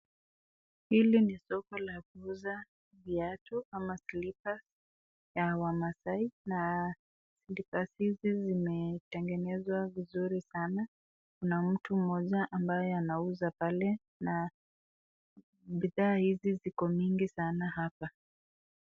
Hili ni soko la kuuza viatu ama slippers ya wamasai na bidhaa hizi zimetengenezwa vizuri sana. Kuna mtu ambaye anauza pale na bidhaa hizi ziko mingi sana hapa.